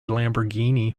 lamborghini